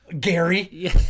Gary